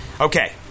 Okay